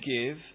give